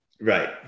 right